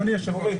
אדוני היושב ראש,